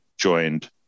joined